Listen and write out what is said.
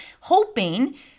hoping